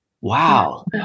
Wow